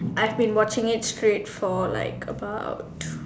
I have been watching it straight for about